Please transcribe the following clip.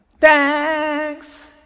Thanks